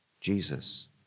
Jesus